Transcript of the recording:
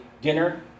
dinner